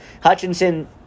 Hutchinson